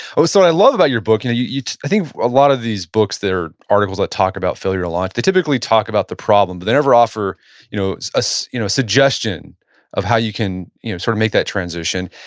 ah so i love about your book. and i think a lot of these books, they are articles that talk about failure a lot. they typically talk about the problem, but they never offer you know a so you know suggestion of how you can you know sort of make that transition.